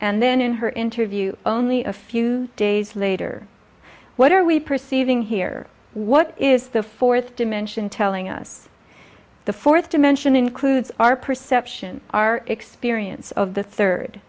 and then in her interview only a few days later what are we perceiving here what is the fourth dimension telling us the fourth dimension includes our perception our experience of the third